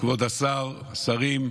כבוד השר, השרים,